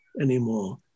anymore